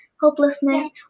hopelessness